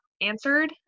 answered